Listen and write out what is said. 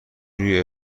روی